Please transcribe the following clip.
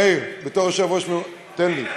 מאיר, בתור יושב-ראש, תן לי.